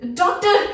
doctor